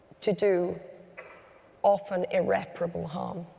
to do often irreparable harm.